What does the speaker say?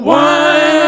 one